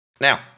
Now